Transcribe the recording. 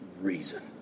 reason